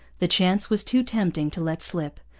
the chance was too tempting to let slip,